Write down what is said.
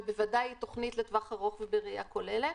ובוודאי תכנית לטווח ארוך ובראייה כוללת.